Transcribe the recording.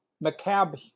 macabre